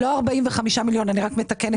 אני רק מתקנת אותך.